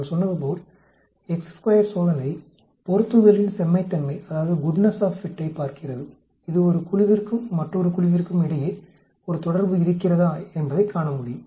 நான் சொன்னது போல் சோதனை பொருத்துதலின் செம்மைத்தன்மையைப் பார்க்கிறது இது ஒரு குழுவிற்கும் மற்றொரு குழுவிற்கும் இடையே ஒரு தொடர்பு இருக்கிறதா என்பதைக் காண முடியும்